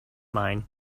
mine